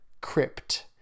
crypt